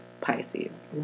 Pisces